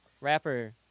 rapper